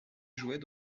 jouait